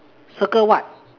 circle what